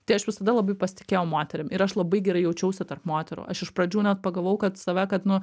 tai aš visada labai pasitikėjau moterim ir aš labai gerai jaučiausi tarp moterų aš iš pradžių net pagavau save kad nu